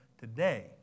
today